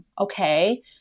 Okay